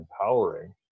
empowering